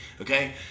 Okay